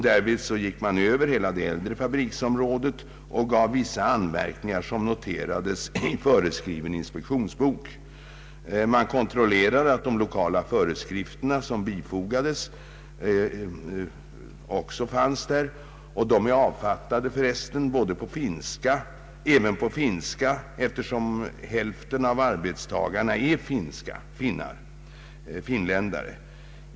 Därvid gick man över hela det äldre fabriksområdet och gav vissa anmärkningar, som noterades i föreskriven inspektionsbok. Man kontrollerade även att de lokala föreskrifterna fanns tillgängliga. De är för resten avfattade även på finska, eftersom hälften av arbetstagarna är finländare.